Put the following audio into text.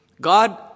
God